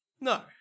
No